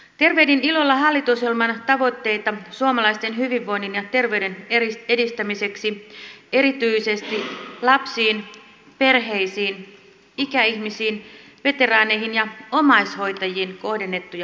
tervehdin ilolla hallitusohjelman tavoitteita suomalaisten hyvinvoinnin ja terveyden edistämiseksi erityisesti lapsiin perheisiin ikäihmisiin veteraaneihin ja omaishoitajiin kohdennettuja panoksia